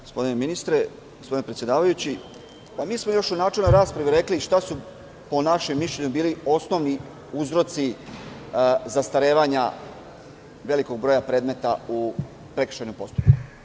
Gospodine ministre, gospodine predsedavajući, mi smo još u načelnoj raspravi rekli šta su, po našem mišljenju, bili osnovni uzroci zastarevanja velikog broja predmeta u prekršajnom postupku.